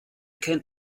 kennt